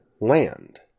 land